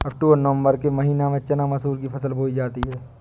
अक्टूबर नवम्बर के महीना में चना मसूर की फसल बोई जाती है?